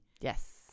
Yes